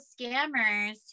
scammers